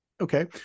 Okay